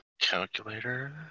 Calculator